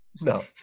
No